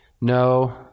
No